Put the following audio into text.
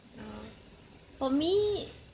oh for me